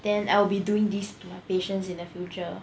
then I'll be doing these to my patients in the future